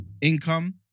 Income